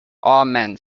amen